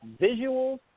Visuals